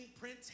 Prince